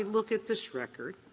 look at this record,